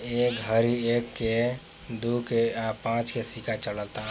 ए घड़ी एक के, दू के आ पांच के सिक्का चलता